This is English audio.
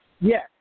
Yes